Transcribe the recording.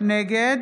נגד